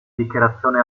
dichiarazione